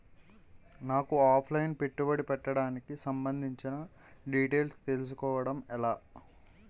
నాకు offline పెట్టుబడి పెట్టడానికి సంబందించిన డీటైల్స్ తెలుసుకోవడం ఎలా?